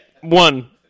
One